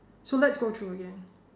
so let's go through again